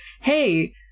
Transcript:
hey